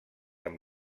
amb